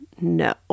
no